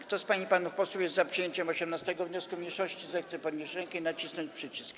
Kto z pań i panów posłów jest za przyjęciem 18. wniosku mniejszości, zechce podnieść rękę i nacisnąć przycisk.